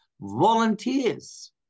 Volunteers